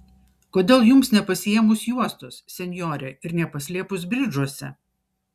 kodėl jums nepasiėmus juostos senjore ir nepaslėpus bridžuose